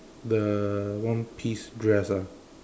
the one piece dress ah